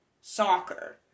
soccer